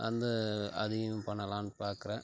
அந்த அதையும் பண்ணலாம்னு பார்க்கறேன்